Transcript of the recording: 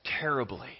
terribly